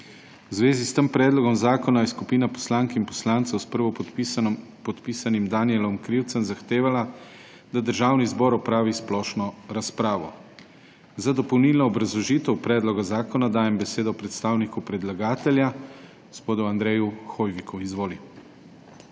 V zvezi s tem predlogom zakona je skupina poslank in poslancev s prvopodpisanim Danijelom Krivcem zahtevala, da Državni zbor opravi splošno razpravo. Za dopolnilno obrazložitev predloga zakona dajem besedo predstavniku predlagatelja gospodu Antonu Šturbeju. Izvolite.